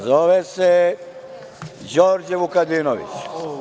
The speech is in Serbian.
Zove se Đorđe Vukadinović.